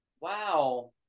Wow